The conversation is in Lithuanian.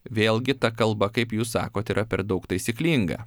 vėlgi ta kalba kaip jūs sakot yra per daug taisyklinga